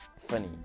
funny